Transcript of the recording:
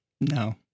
No